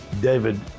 David